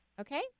Okay